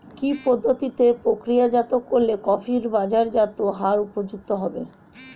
কি পদ্ধতিতে প্রক্রিয়াজাত করলে কফি বাজারজাত হবার উপযুক্ত হবে?